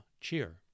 cheer